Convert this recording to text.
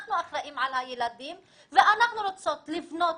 אנחנו אחראים על הילדים ואנחנו רוצים לבנות